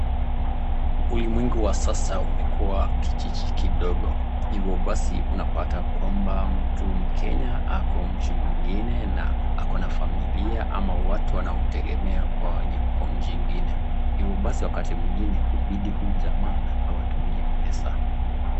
Ulimwengu wa sasa umekuwa kijiji kidogo, hivyo basi unapata kwamba mtu mkenya ako nchini nyingine na ako na familia ama watu wanaomtegemea wenye wako kwa nchi ingine. Hivyo basi wakati mwingine hubidi huyu jamaa awatumie pesa.